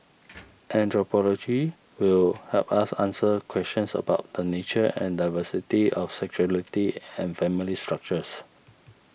anthropology will help us answer questions about the nature and diversity of sexuality and family structures